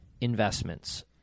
investments